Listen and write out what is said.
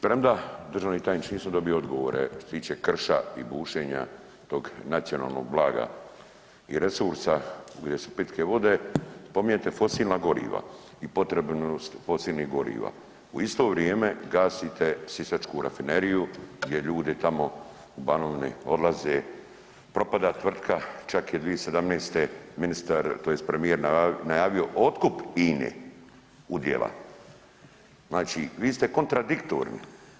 Premda državni tajniče nisam dobio odgovore što se tiče krša i bušenja tog nacionalnog blaga i resursa gdje su pitke vode pominjete fosilna goriva i potrebu fosilnih goriva, u isto vrijeme gasite sisačku rafineriju gdje ljudi tamo Banovine odlaze, propada tvrtka čak je 2017. ministar tj. premijer najavio otkup INE udjela, znači vi ste kontradiktorni.